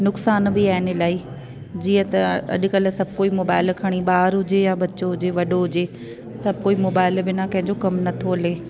नुक़सानु बि आहिनि इलाही जीअं त अॼुकल्ह सभु कोई मोबाइल खणी ॿार हुजे या बच्चो हुजे वॾो हुजे सभु कोई मोबाइल बिना कंहिंजो कम नथो हले